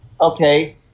okay